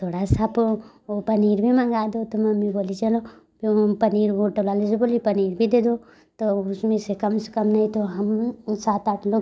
थोड़ा सा आप ओ पनीर भी मंगा दो तो मम्मी बोली चलो फिर हम पनीर होटल वाले से बोले पनीर भी दे दो तो उसमें से कम से कम नहीं तो हम सात आठ लोग